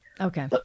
Okay